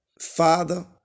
Father